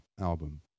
album